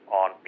on